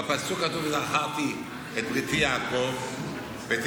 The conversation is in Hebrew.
בפסוק כתוב: וזכרתי את בריתי יעקב ואת